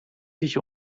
sich